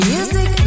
Music